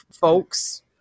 folks